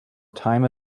time